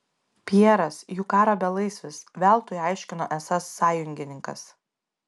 pjeras jų karo belaisvis veltui aiškino esąs sąjungininkas